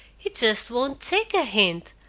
he just won't take a hint!